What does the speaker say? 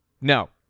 no